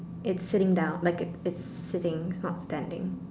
it's seating down like it's seating not standing